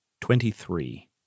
Twenty-three